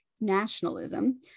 nationalism